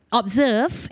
observe